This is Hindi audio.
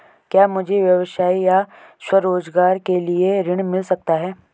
क्या मुझे व्यवसाय या स्वरोज़गार के लिए ऋण मिल सकता है?